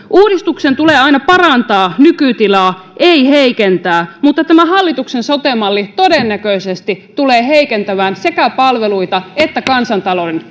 uudistuksen tulee aina parantaa nykytilaa ei heikentää mutta tämä hallituksen sote malli todennäköisesti tulee heikentämään sekä palveluita että kansantalouden